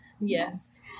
yes